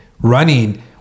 Running